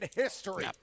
history